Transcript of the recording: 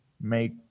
make